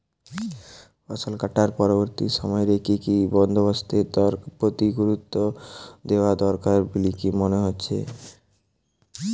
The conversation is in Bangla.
ফসলকাটার পরবর্তী সময় রে কি কি বন্দোবস্তের প্রতি গুরুত্ব দেওয়া দরকার বলিকি মনে হয়?